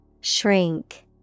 Shrink